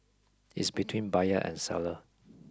is between buyer and seller